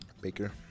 Baker